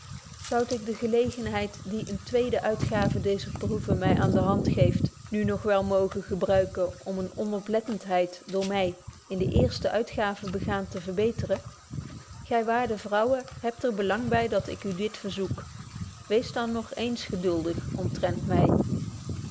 zoude ik de gelegenheid die eene tweede uitbetje wolff proeve over de opvoeding gave deezer proeve my aan de hand geeft nu nog wel mogen gebruiken om eene onoplettenheid door my in de eerste uitgave begaan te verbeteren gy waarde vrouwen hebt er belang by dat ik u dit verzoek weest dan nog eens geduldig omtrent my